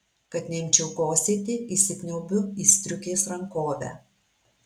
kad neimčiau kosėti įsikniaubiu į striukės rankovę